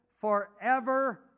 forever